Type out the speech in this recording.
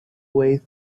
way